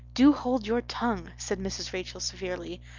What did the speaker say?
do hold your tongue, said mrs. rachel severely.